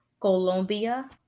Colombia